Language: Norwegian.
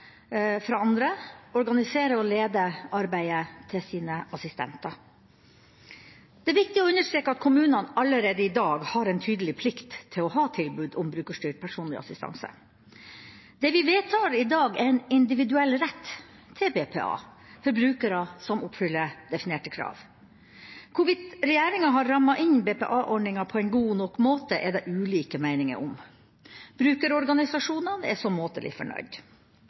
fra andre, organiserer og leder arbeidet til sine assistenter. Det er viktig å understreke at kommunene allerede i dag har en tydelig plikt til å ha tilbud om brukerstyrt personlig assistanse. Det vi vedtar i dag, er en individuell rett til BPA for brukere som oppfyller definerte krav. Hvorvidt regjeringa har rammet inne BPA-ordninga på en god nok måte, er det ulike meninger om. Brukerorganisasjonene er måtelig fornøyd.